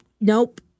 Nope